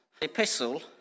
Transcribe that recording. epistle